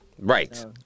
Right